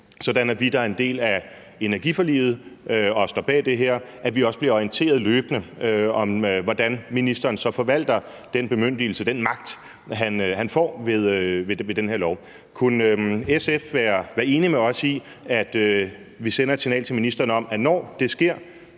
sådan at vi, der er en del af energiforliget og står bag det her, også bliver orienteret løbende om, hvordan ministeren så forvalter den bemyndigelse, den magt, han får med den her lov. Kunne SF være enig med os i, at vi sender et signal til ministeren om, at når det sker,